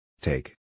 Take